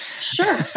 Sure